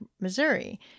Missouri